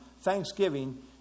thanksgiving